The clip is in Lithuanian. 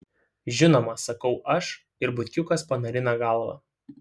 žinoma sakau aš ir butkiukas panarina galvą